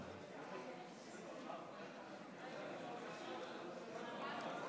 התשפ"א 2020,